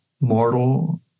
mortal